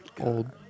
Old